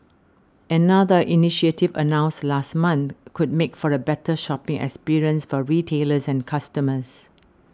another initiative announced last month could make for a better shopping experience for retailers and customers